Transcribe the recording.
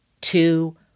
two